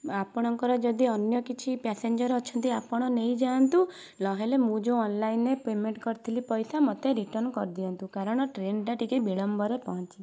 ଆପଣଙ୍କର ଯଦି ଅନ୍ୟ କିଛି ପାସେଞ୍ଜର ଅଛନ୍ତି ଆପଣ ନେଇ ଯାଆନ୍ତୁ ନହେଲେ ମୁଁ ଯେଉଁ ଅନଲାଇନ୍ରେ ପେମେଣ୍ଟ କରିଥିଲି ପଇସା ମତେ ରିଟର୍ନ କରିଦିଅନ୍ତୁ କାରଣ ଟ୍ରେନଟା ଟିକେ ବିଳମ୍ବରେ ପହଞ୍ଚିବ